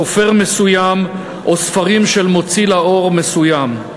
סופר מסוים או ספרים של מוציא לאור מסוים.